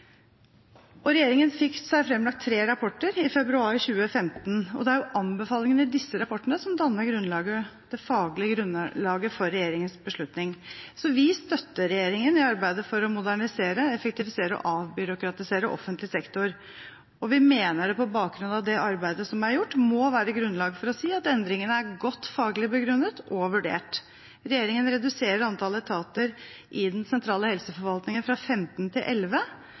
departementet. Regjeringen fikk seg framlagt tre rapporter i februar 2015, og det er anbefalingene i disse rapportene som danner det faglige grunnlaget for regjeringens beslutning. Vi støtter regjeringen i arbeidet for å modernisere, effektivisere og avbyråkratisere offentlig sektor. Vi mener at det på bakgrunn av arbeidet som er gjort, må være grunnlag for å si at endringene er godt faglig begrunnet og vurdert. Regjeringen reduserer antallet etater i den sentrale helseforvaltningen fra 15 til